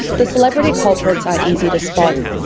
the celebrity culprits are easy to spot,